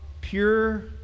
pure